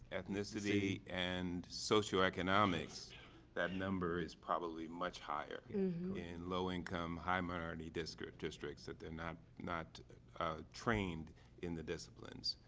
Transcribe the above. ethnicity, and social economics and that number is probably much higher in in low income high minority districts districts that their not not trained in the disciplines